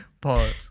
Pause